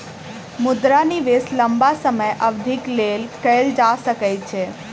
मुद्रा निवेश लम्बा समय अवधिक लेल कएल जा सकै छै